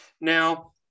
Now